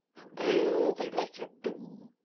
and there they lighted down.